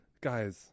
Guys